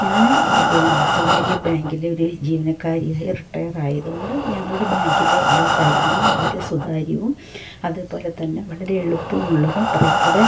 ഞാന് സ്വകാര്യ ബാങ്കില് ഒര് ജീവനക്കാരി ആയി റിട്ടയറായത് കൊണ്ട് ഞങ്ങളുടെ ബാങ്കിലെ എല്ലാ കാര്യങ്ങളും വളരെ സ്വകാര്യവും അത്പോലെ തന്നെ വളരെ എളുപ്പമുള്ളതും കുറെ കൂടെ